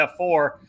F4